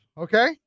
Okay